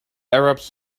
arabs